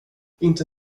inte